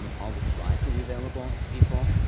um all the slides will be available to people.